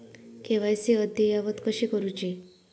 KYC अद्ययावत कशी करुची?